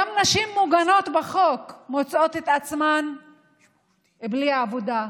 גם נשים מוגנות בחוק מוצאות את עצמן בלי עבודה,